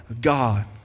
God